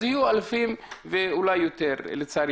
לצערי